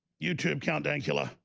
youtube count dankula,